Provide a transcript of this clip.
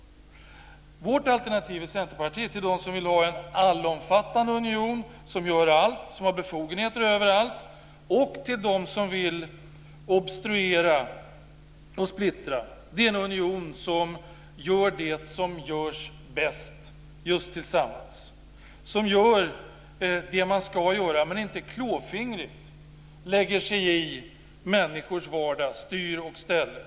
Vårt alternativ i Centerpartiet till dem som vill ha en allomfattande union som gör allt och som har befogenheter överallt och till dem som vill obstruera och splittra är en union som gör det som görs bäst just tillsammans. Det är en union som gör det som den ska göra, men som inte klåfingrigt lägger sig i människors vardag och styr och ställer.